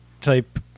type